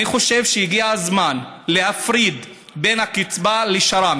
אני חושב שהגיע הזמן להפריד בין הקצבה לשר"מ.